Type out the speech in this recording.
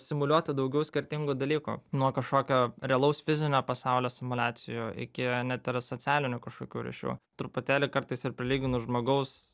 simuliuoti daugiau skirtingų dalykų nuo kažkokio realaus fizinio pasaulio simuliacijų iki net ir socialinių kažkokių ryšių truputėlį kartais ir palyginus žmogaus